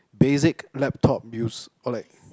basic laptop use or like